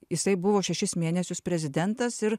jisai buvo šešis mėnesius prezidentas ir